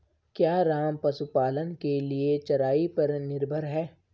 क्या राम पशुपालन के लिए चराई पर निर्भर है?